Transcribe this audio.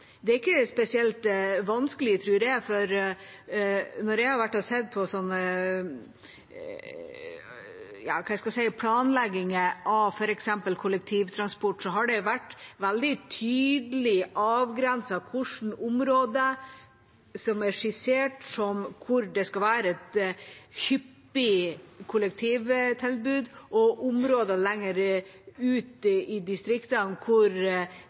Det er ikke spesielt vanskelig, tror jeg, for når jeg har vært og sett på planlegging av f.eks. kollektivtransport, har det vært veldig tydelig avgrenset og skissert hvilke områder som skal ha et hyppig kollektivtilbud, og områder lenger ute i distriktene hvor